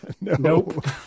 nope